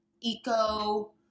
eco